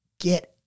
get